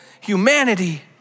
humanity